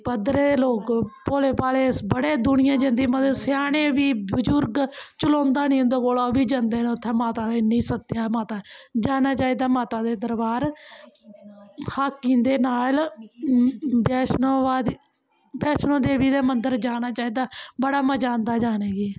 पद्दरे लोग भोले भाले बड़े दुनियां जंदी मतलब स्याने बी बजुर्ग चलोंदा निं उं'दे कोला ओह् बी जंदे न उत्थै माता दे इन्नी सत्या ऐ माता दी जाना चाहिदा माता दे दरबार हाइकिंग दे नाल बैैष्णो वादी बैैष्णो देवी दे मंदर जाना चाहिदा बड़ा मज़ा आंदा जाने गी